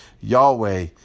Yahweh